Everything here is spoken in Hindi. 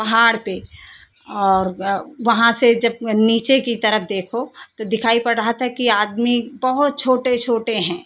पहाड़ पे और वहां से जब नीचे की तरफ देखो तो दिखाई पड़ रहा था कि आदमी बहुत छोटे छोटे हैं